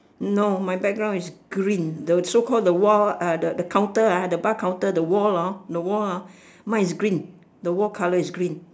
no my background is green the so call the wall uh the the counter ah the bar counter the wall orh the wall orh mine is green the wall colour is green